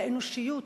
האנושיות,